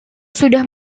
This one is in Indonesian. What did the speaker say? sudah